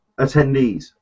attendees